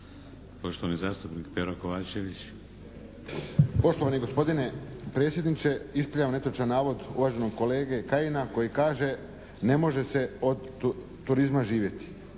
**Kovačević, Pero (HSP)** Poštovani gospodine predsjedniče, ispravljam netočan navod uvaženog kolege Kajina koji kaže: "ne može se od turizma živjeti".